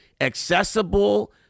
accessible